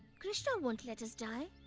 krishna won't let us die.